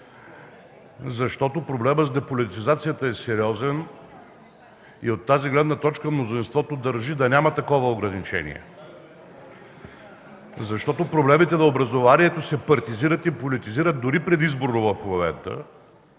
Защото проблемът с деполитизацията е сериозен. От тази гледна точка мнозинството държи да няма такова ограничение. Защото проблемите на образованието се партизират и политизират дори предизборно в момента.